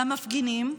למפגינים: